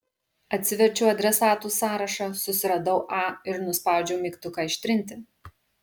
atsiverčiau adresatų sąrašą susiradau a ir nuspaudžiau mygtuką ištrinti